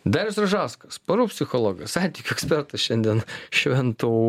darius ražauskas porų psichologas santykių ekspertas šiandien švento